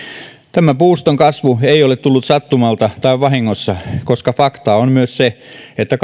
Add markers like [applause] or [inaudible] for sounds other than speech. tämä puuston kasvu ei ole tullut sattumalta tai vahingossa koska fakta on myös se että [unintelligible]